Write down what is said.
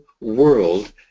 world